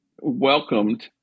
welcomed